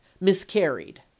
miscarried